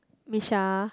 Missha